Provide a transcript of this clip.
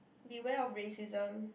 the way of racism